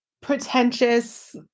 pretentious